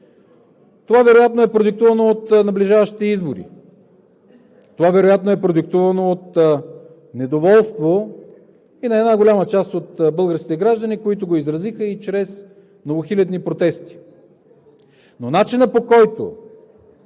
Това вероятно е продиктувано от наближаващите избори. Това вероятно е продиктувано от недоволството на една голяма част от българските граждани, които го изразиха чрез многохилядни протести. Но за начина, по който